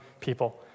people